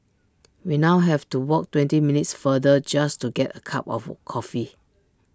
we now have to walk twenty minutes farther just to get A cup of coffee